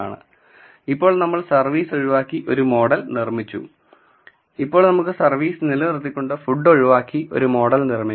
അതുപോലെ ഇപ്പോൾ നമ്മൾ സർവീസ് ഒഴിവാക്കി ഒരു മോഡൽ നിർമ്മിച്ചു ഇപ്പോൾ നമുക്ക് സർവീസ് നിലനിർത്തിക്കൊണ്ട് ഫുഡ് ഒഴിവാക്കി ഒരു മോഡൽ നിർമ്മിക്കാം